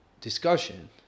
discussion